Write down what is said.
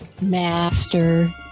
master